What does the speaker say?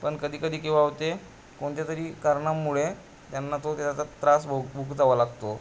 पण कधी कधी केव्हा होते कोणत्यातरी कारणामुळे त्यांना तो त्याचा त्रास भो भुगतावा लागतो